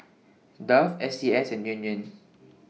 Dove S C S and Yan Yan